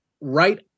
right